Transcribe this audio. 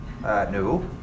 No